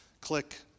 Click